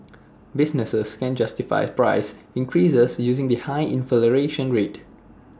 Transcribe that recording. businesses can justify price increases using the high inflation rate